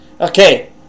Okay